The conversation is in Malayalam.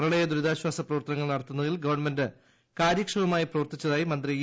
പ്രളയ ദൂരിതാശ്വാസ പ്രവർത്ത്നങ്ങൾ നടത്തുന്നതിൽ ഗവൺമെന്റ് കാര്യ ക്ഷമമായി പ്രവർത്തിച്ചതായി മന്ത്രി ഇ